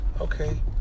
okay